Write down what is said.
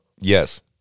Yes